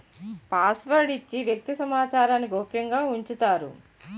password ఇచ్చి వ్యక్తి సమాచారాన్ని గోప్యంగా ఉంచుతారు